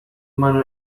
منو